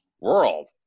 world